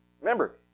Remember